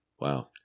Wow